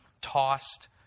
tossed